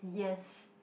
yes